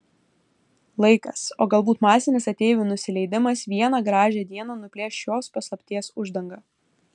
laikas o galbūt masinis ateivių nusileidimas vieną gražią dieną nuplėš šios paslapties uždangą